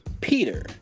Peter